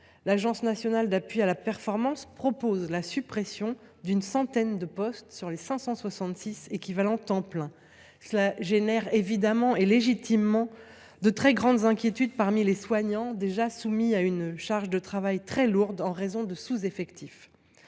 de santé et médico sociaux propose la suppression d’une centaine de postes sur les 566 équivalents temps plein. Cela suscite évidemment et légitimement de très grandes inquiétudes parmi les soignants, qui sont déjà soumis à une charge de travail très lourde en raison de leur sous effectif.